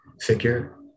figure